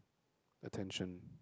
attention